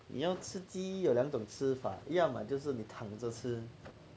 你要吃鸡有两种吃法要么就是你躺着吃